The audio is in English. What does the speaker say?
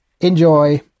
enjoy